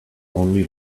only